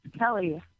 Kelly